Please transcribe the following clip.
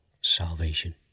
salvation